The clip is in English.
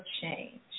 change